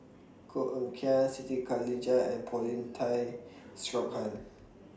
Koh Eng Kian Siti Khalijah and Paulin Tay Straughan